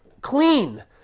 clean